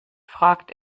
fragt